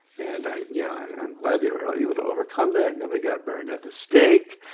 and yeah i'm glad they were able to overcome that. nobody got burned at the stake.